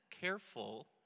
careful